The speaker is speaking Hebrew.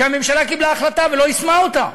כשהממשלה קיבלה החלטה ולא יישמה אותה.